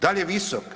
Da li je visok?